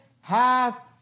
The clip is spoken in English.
hath